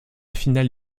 finale